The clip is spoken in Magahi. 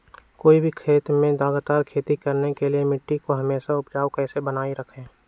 कोई भी खेत में लगातार खेती करने के लिए मिट्टी को हमेसा उपजाऊ कैसे बनाय रखेंगे?